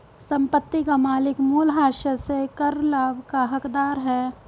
संपत्ति का मालिक मूल्यह्रास से कर लाभ का हकदार है